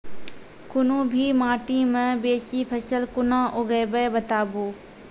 कूनू भी माटि मे बेसी फसल कूना उगैबै, बताबू?